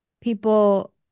people